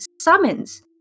summons